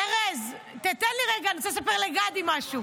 ארז, תן לי רגע, אני רוצה לספר לגדי משהו.